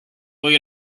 või